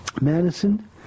Madison